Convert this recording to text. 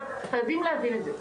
חייבים להבין את זה,